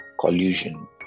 collusion